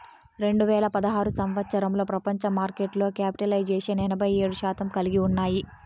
రెండు వేల పదహారు సంవచ్చరంలో ప్రపంచ మార్కెట్లో క్యాపిటలైజేషన్ ఎనభై ఏడు శాతం కలిగి ఉన్నాయి